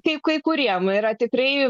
kaip kuriems yra tikrai